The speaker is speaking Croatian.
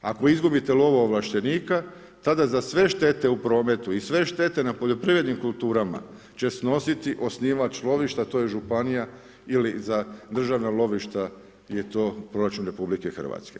Ako izgubite lovoovlaštenika tada za sve štete u prometu i sve štete na poljoprivrednim kulturama će snositi osnivač lovišta, a to je županija ili za državna lovišta je to Proračun RH.